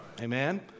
Amen